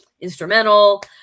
instrumental